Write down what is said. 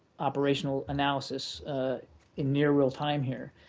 operational analysis in near-real time here.